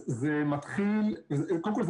קודם כול,